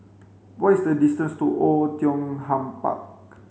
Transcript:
what is the distance to Oei Tiong Ham Park